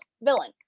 villain